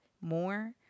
more